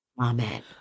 Amen